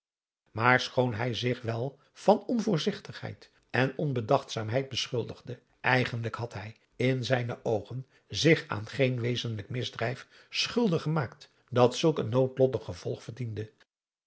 maar schoon hij zich wel van onvoorzigtigheid en onbedachtzaamheid beschuldigde eigenlijk had hij in zijne oogen zich aan geen wezenlijk misdrijf schuldig gemaakt dat zulk een noodlottig gevolg verdiende